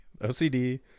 OCD